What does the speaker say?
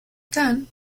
khan